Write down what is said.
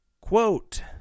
quote